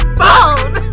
bone